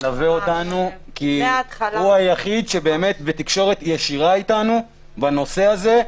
הוא היחיד שבאמת בתקשורת ישירה אתנו בנושא הזה,